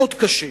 מאוד קשה.